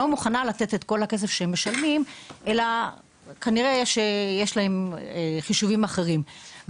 מוכנה לתת את כל הכסף שמשלמים אלא כנראה יש להם חישובים אחרים.